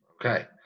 Okay